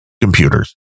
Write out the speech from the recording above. computers